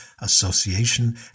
association